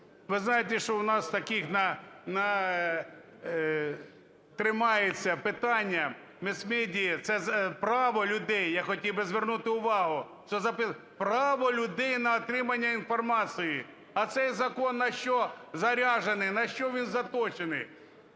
Ви знаєте, що у нас на таких тримається питання мас-медіа, це право людей, я хотів би звернути увагу, право людей на отримання інформації. А цей закон на що заряджений, на що він заточений?